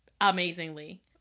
amazingly